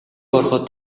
ороход